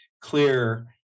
clear